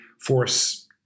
force